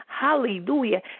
Hallelujah